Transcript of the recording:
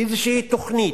איזו תוכנית,